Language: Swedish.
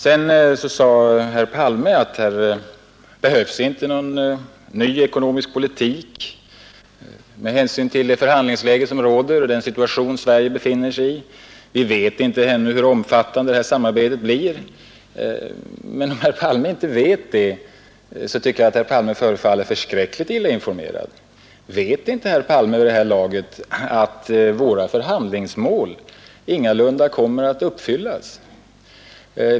Herr Palme sade att här inte behövs någon ny ekonomisk politik med hänsyn till det förhandlingsläge som råder och den situation Sverige befinner sig i och att vi ännu inte vet hur omfattande samarbetet blir. Men om herr Palme inte vet det, tycker jag herr Palme förfaller dåligt informerad. Vet inte herr Palme vid det här laget att våra förhandlingsmål ingalunda kommer att uppfyllas?